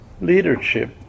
leadership